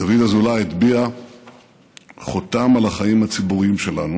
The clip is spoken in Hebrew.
דוד אזולאי הטביע חותם על החיים הציבוריים שלנו